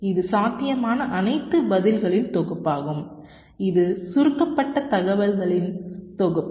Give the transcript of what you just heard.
இது சாத்தியமான அனைத்து பதில்களின் தொகுப்பாகும் இது சுருக்கப்பட்ட தகவல்களின் தொகுப்பு